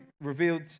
revealed